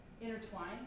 intertwine